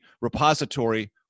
repository